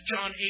John